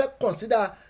consider